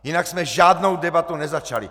Jinak jsme žádnou debatu nezačali!